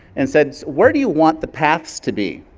and said, where do you want the paths to be,